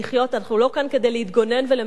אנחנו לא כאן כדי להתגונן ולמגן את עצמנו.